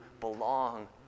belong